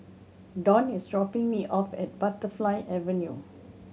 Donn is dropping me off at Butterfly Avenue